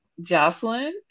Jocelyn